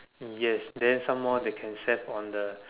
yes then some more they can set on the